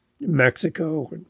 Mexico